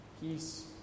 Peace